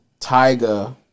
Tyga